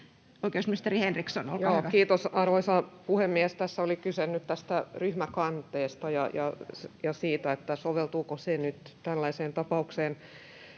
Oikeusministeri Henriksson, olkaa hyvä. Kiitos, arvoisa puhemies! Tässä oli kyse nyt tästä ryhmäkanteesta ja siitä, soveltuuko se nyt tällaiseen tapaukseen.